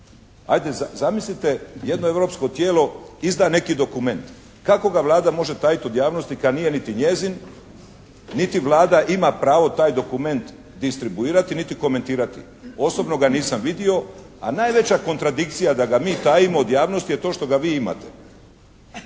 Ajde zamislite jedno europsko tijelo izda neki dokument. Kako ga Vlada može tajiti od javnosti kad nije niti njezin niti Vlada ima pravo taj dokument distribuirati, niti komentirati. Osobno ga nisam vidio, a najveća kontradikcija da ga mi tajimo od javnosti je to što ga vi imate.